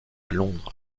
londres